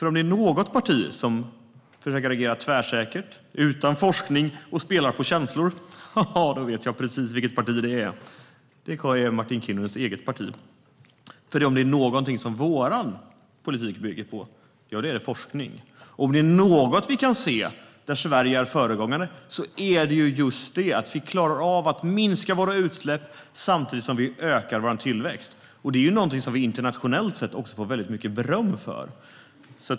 Om det är något parti som agerar tvärsäkert utan att ta hänsyn till forskning och som spelar på känslor, då vet jag precis vilket parti det är. Det är Martin Kinnunens eget parti. Om det är någonting som vår politik bygger på är det forskning. Om det är något som vi kan se där Sverige är föregångare är det just att vi klarar av att minska våra utsläpp samtidigt som vi ökar vår tillväxt. Det är ju någonting som vi internationellt får väldigt mycket beröm för.